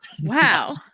Wow